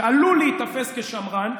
שעלול להיתפס כשמרן,